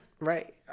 Right